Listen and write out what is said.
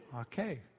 Okay